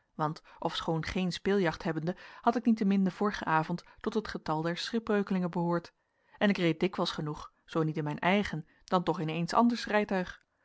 want ofschoon geen speeljacht hebbende had ik niettemin den vorigen avond tot het getal der schipbreukelingen behoord en ik reed dikwijls genoeg zoo niet in mijn eigen dan toch in eens anders